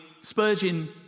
Spurgeon